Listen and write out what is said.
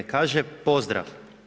Kaže: „Pozdrav!